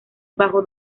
bajo